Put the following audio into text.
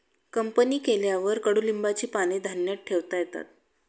company केल्यावर कडुलिंबाची पाने धान्यात ठेवता येतात